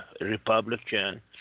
Republican